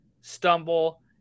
stumble